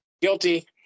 Guilty